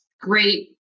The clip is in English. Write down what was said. great